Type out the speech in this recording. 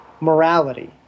morality